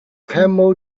camel